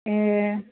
ए